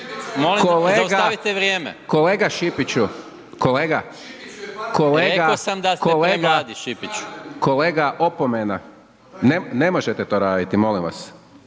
Kolega Šipiću, kolega, kolega, opomena, ne možete to raditi molim vas.